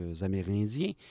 amérindiens